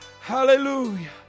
hallelujah